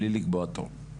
בלי לקבוע תור,